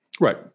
Right